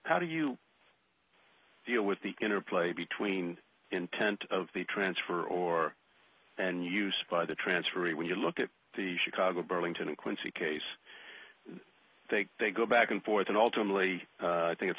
how do you deal with the interplay between intent of the transfer or and use by the transferee when you look at the chicago burlington and quincy case they they go back and forth and ultimately i think it's